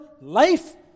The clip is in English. life